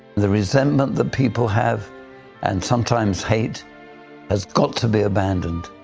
the resentment that people have and sometimes hate has got to be abandoned,